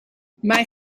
mijn